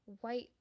white